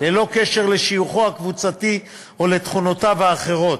ללא קשר לשיוכו הקבוצתי או לתכונותיו האחרות,